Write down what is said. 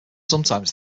sometimes